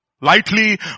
lightly